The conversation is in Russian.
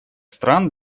стран